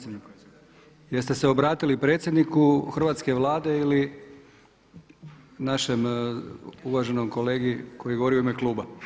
Jest se obratili predsjedniku Hrvatske vlade ili našem uvaženom kolegi koji je govorio u ime kluba?